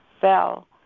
fell